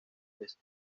veces